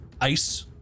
ice